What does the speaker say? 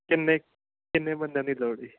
ਕਿੰਨੇ ਕਿੰਨੇ ਬੰਦਿਆਂ ਦੀ ਲੋੜ ਸੀ